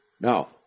Now